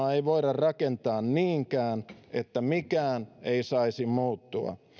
rakentaa niinkään että mikään ei saisi muuttua